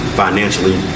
financially